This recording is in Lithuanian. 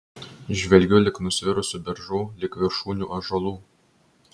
žvelgiu lig nusvirusių beržų lig viršūnių ąžuolų